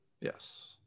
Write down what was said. Yes